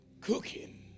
cooking